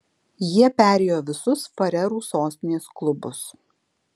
jie perėjo visus farerų sostinės klubus